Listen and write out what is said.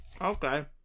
Okay